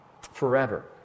forever